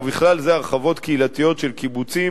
ובכלל זה הרחבות קהילתיות של קיבוצים,